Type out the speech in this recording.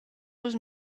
dus